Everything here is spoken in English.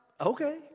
okay